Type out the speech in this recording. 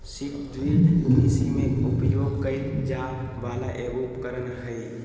seed drill कृषि में उपयोग कइल जाय वला एगो उपकरण हइ